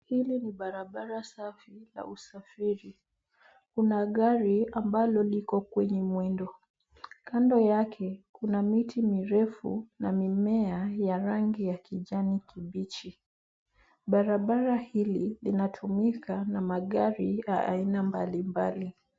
Hili ni barabara safi, la usafiri. Kuna gari ambalo liko kwenye mwendo. Kando yake, kuna miti mirefu na mimea ya rangi ya kijani kibichi. Barabara hili, linatumika na magari ya aina mbalimbali.